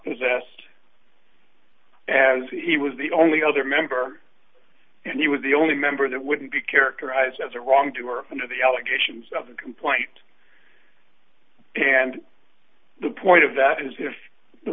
possessed as he was the only other member and he was the only member that wouldn't be characterized as a wrongdoer under the allegations of the complaint and the point of that is if the